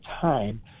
time